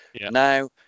Now